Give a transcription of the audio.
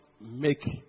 make